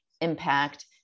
impact